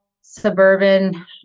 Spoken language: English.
suburban